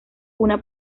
una